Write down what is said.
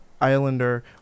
Islander